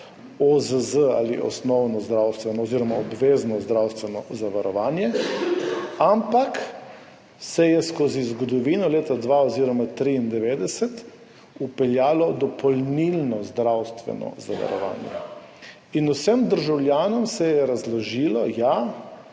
pri nas OZZ ali obvezno zdravstveno zavarovanje. Ampak se je skozi zgodovino leta 1992 oziroma 1993 vpeljalo dopolnilno zdravstveno zavarovanje in vsem državljanom se je razložilo, ja,